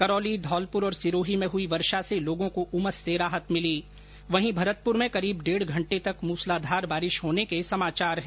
करौली धौलपुर और सिरोही में हई वर्षा से लोगों को उमस से राहत मिली वहीं भरतपुर में करीब डेढ घंटे तक मुसलाधार बारिश होने के समाचार हैं